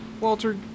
Walter